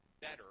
better